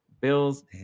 Bills